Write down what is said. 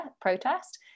protest